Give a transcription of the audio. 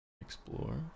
explore